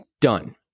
done